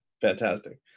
fantastic